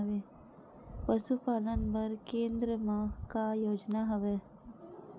पशुपालन बर केन्द्र म का योजना हवे?